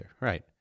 right